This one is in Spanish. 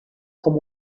como